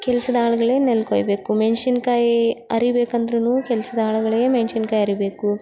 ಕೆಲಸದ ಆಳುಗಳೇ ನೆಲ್ಲು ಕೊಯ್ಬೇಕು ಮೆಣಸಿನ್ಕಾಯಿ ಅರಿ ಬೇಕಂದ್ರೂ ಕೆಲಸದ ಆಳುಗಳೇ ಮೆಣಸಿನ್ಕಾಯಿ ಅರಿಬೇಕು